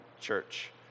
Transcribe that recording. church